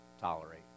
tolerate